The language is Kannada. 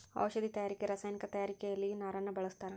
ಔಷದಿ ತಯಾರಿಕೆ ರಸಾಯನಿಕ ತಯಾರಿಕೆಯಲ್ಲಿಯು ನಾರನ್ನ ಬಳಸ್ತಾರ